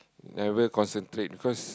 never concentrate because